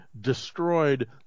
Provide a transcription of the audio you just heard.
destroyed